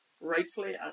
rightfully